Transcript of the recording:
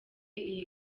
iyi